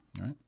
right